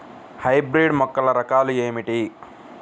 Hybrid మొక్కల రకాలు ఏమిటీ?